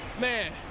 man